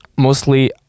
Mostly